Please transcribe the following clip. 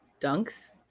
Dunks